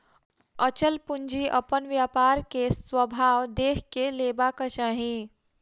अचल पूंजी अपन व्यापार के स्वभाव देख के लेबाक चाही